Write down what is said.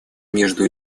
между